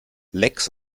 lecks